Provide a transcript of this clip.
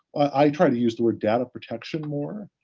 i try to use the word data protection more,